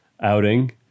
outing